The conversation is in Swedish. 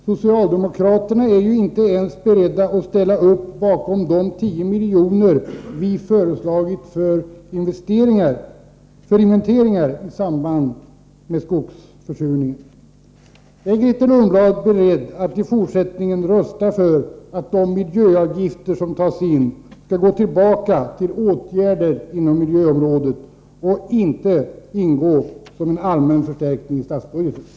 Socialdemokraterna är ju inte ens beredda att ställa upp bakom de 10 miljoner som vi föreslagit för inventeringar i samband med skogsförsurningen. Är Grethe Lundblad beredd att i fortsättningen rösta för att de miljöavgifter som tas ut skall gå till åtgärder inom miljöområdet, inte ingå som en allmän förstärkning i statsbudgeten?